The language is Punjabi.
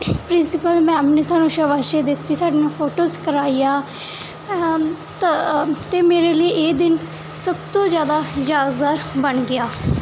ਪ੍ਰਿੰਸੀਪਲ ਮੈਮ ਨੇ ਸਾਨੂੰ ਸ਼ਾਬਾਸ਼ੀ ਦਿੱਤੀ ਸਾਡੇ ਨਾਲ ਫੋਟੋਸ ਕਰਾਈ ਆ ਤਾਂ ਅਤੇ ਮੇਰੇ ਲਈ ਇਹ ਦਿਨ ਸਭ ਤੋਂ ਜ਼ਿਆਦਾ ਯਾਦਗਾਰ ਬਣ ਗਿਆ